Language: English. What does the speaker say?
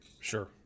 Sure